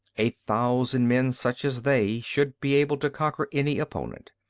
a thousand men such as they should be able to conquer any opponent.